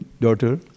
daughter